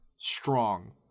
strong